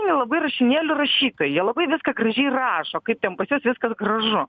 nu jie labai rašinėlių rašytojai jie labai viską gražiai rašo kaip ten pas juos viskas gražu